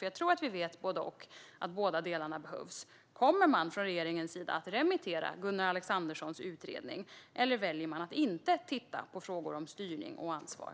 Jag tror att vi båda vet att båda delarna behövs. Kommer man från regeringens sida att remittera Gunnar Alexanderssons utredning, eller väljer man att inte titta på frågor om styrning och ansvar?